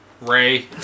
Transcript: Ray